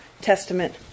Testament